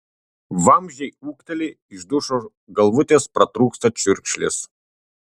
vamzdžiai ūkteli iš dušo galvutės pratrūksta čiurkšlės